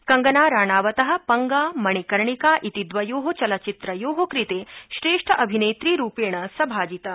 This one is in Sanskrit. कंगना राणावत पंगा मणिकर्णिका इति द्रयो चलचित्रयो कृते श्रेष्ठ अभिनेत्रीरूपेण सभाजिता